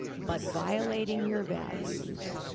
but violating your values,